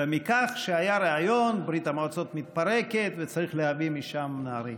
מכך שהיה רעיון: ברית המועצות מתפרקת וצריך להביא משם נערים.